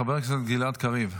חבר הכנסת גלעד קריב.